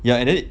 ya and then